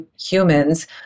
humans